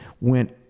went